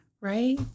right